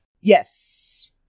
Yes